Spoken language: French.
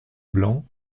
blanc